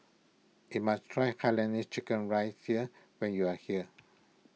you must try Hainanese Chicken Rice here when you are here